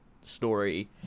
story